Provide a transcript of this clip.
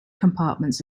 compartments